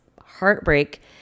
heartbreak